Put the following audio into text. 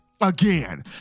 again